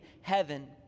heaven